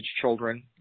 children